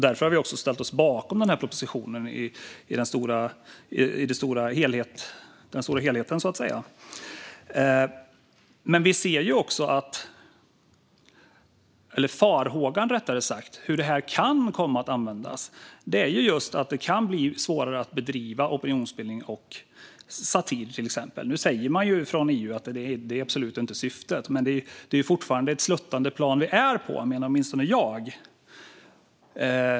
Därför har vi också ställt oss bakom denna proposition i det stora hela. Men farhågan för hur detta kan komma att användas handlar om att det kan bli svårare att bedriva opinionsbildning och satir. Nu säger man från EU att det absolut inte är syftet. Men det är fortfarande ett sluttande plan som vi är på. Det menar åtminstone jag.